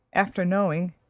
after knowing,